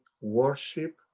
worship